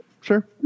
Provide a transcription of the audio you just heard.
sure